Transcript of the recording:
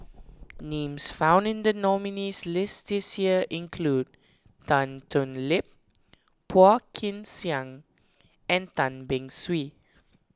names found in the nominees' list this year include Tan Thoon Lip Phua Kin Siang and Tan Beng Swee